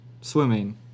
Swimming